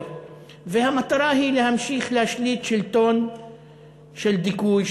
והמטרה היא להמשיך להשליט שלטון של דיכוי,